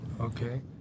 okay